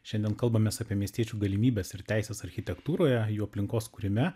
šiandien kalbamės apie miestiečių galimybes ir teises architektūroje jų aplinkos kūrime